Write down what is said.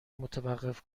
متوقف